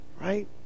right